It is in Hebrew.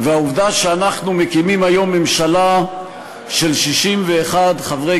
והעובדה שאנחנו מקימים היום ממשלה של 61 חברי